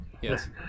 Yes